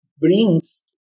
brings